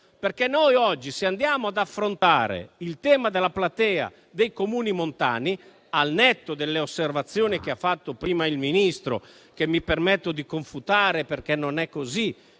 e lo vediamo se andiamo ad affrontare il tema della platea dei Comuni montani, al netto delle osservazioni che ha fatto prima il Ministro, che mi permetto di confutare. Il tema